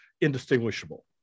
indistinguishable